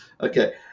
Okay